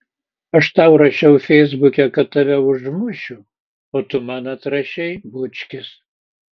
aš tau rašiau feisbuke kad tave užmušiu o tu man atrašei bučkis